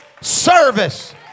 service